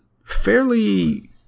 fairly